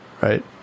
right